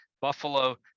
Buffalo